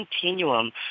continuum